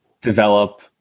develop